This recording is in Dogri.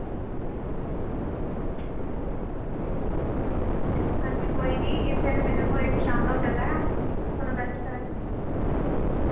हां जी कोई निं इत्थें विजयपुर इक शांत होटल ऐ कन्नै बेस्ट प्राईज़